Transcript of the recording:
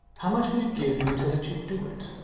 how much will you give me to let you do it?